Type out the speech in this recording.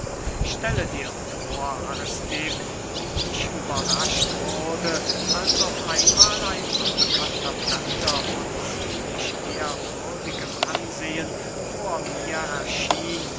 stelle dir vor aristipp wie ich überrascht wurde als auf einmahl ein unbekannter fremder von ziemlich ehrwürdigem ansehen vor mir erschien